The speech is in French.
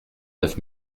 neuf